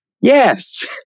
yes